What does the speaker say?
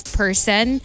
person